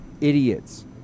idiots